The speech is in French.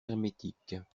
hermétiques